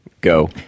go